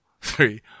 three